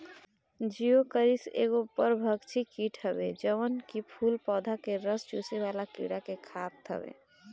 Geocoris एगो परभक्षी कीट हवे जवन की फूल पौधा के रस चुसेवाला कीड़ा के खात हवे